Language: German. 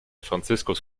franziskus